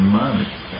months